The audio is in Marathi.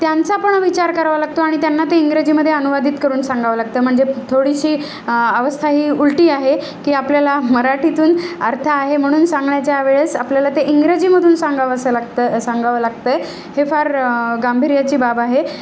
त्यांचा पण विचार करावा लागतो आणि त्यांना ते इंग्रजीमध्ये अनुवादित करून सांगावं लागतं म्हणजे थोडीशी अवस्था ही उलटी आहे की आपल्याला मराठीतून अर्थ आहे म्हणून सांगण्याच्या वेळेस आपल्याला ते इंग्रजीमधून सांगावंसं लागतं सांगावं लागतंय हे फार गांभीर्याची बाब आहे